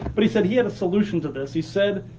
but he said he had a solution to this, he said,